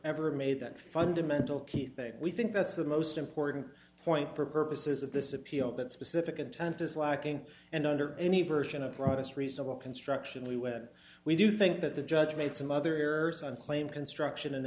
ever made that fundamental key thing we think that's the most important point for purposes of this appeal that specific intent is lacking and under any version of the broadest reasonable construction we when we do think that the judge made some other errors and claim construction ind